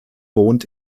wohnt